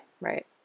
Right